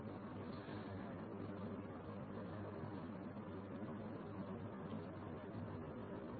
તો Vo એક spec Vin છે એક spec Bm પછી ચિત્રમાં આવશે